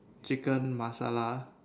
chicken Masala